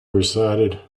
recited